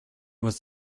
was